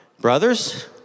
Brothers